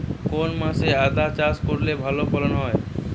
কোন মাসে আদা চাষ করলে ভালো ফলন হয়?